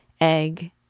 Egg